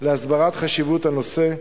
להסברת חשיבות הנושא.